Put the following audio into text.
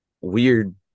weird